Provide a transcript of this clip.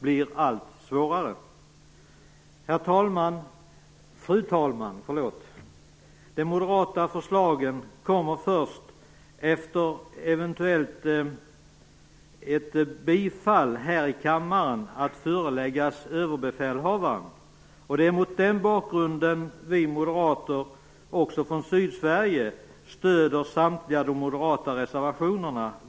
Fru talman! De moderata förslagen kommer först efter ett eventuellt bifall här i kammaren att föreläggas överbefälhavaren. Det är mot den bakgrunden vi moderater från Sydsverige stöder samtliga de moderata reservationerna.